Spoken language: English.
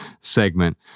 segment